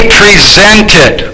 presented